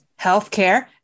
healthcare